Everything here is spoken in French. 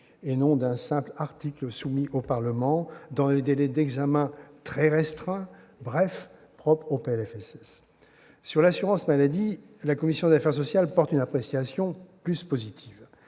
et non d'un simple article soumis au Parlement dans les délais d'examen très brefs propres au PLFSS. Sur l'assurance maladie, la commission des affaires sociales porte une appréciation plus positive.